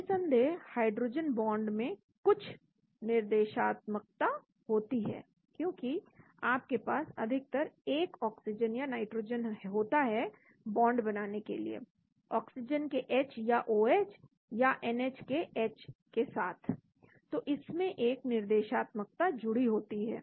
निस्सन्देह hydrogen bond में कुछ निर्देशनात्मकता होती है क्योंकि आपके पास अधिकतर एक O या N होता है बॉन्ड बनाने के लिए O के H या OH या NH के H के साथ तो इसमें एक निर्देशात्मकता जुड़ी होती है